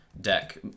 deck